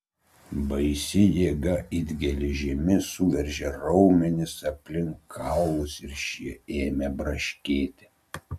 baisi jėga it geležimi suveržė raumenis aplink kaulus ir šie ėmė braškėti